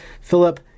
philip